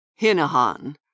Hinahan